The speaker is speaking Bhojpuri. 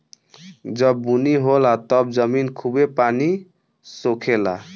जब बुनी होला तब जमीन खूबे पानी सोखे ला